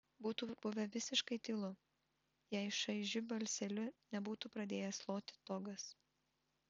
būtų buvę visiškai tylu jei šaižiu balseliu nebūtų pradėjęs loti togas